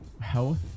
health